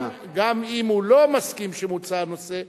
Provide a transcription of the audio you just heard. גם אם הוא לא מסכים שמוצה הנושא,